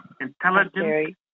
intelligence